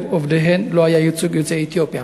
עובדיהם לא היה ייצוג ליוצאי אתיופיה?